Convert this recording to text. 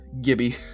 Gibby